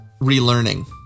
relearning